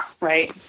right